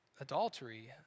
adultery